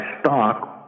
stock